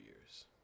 years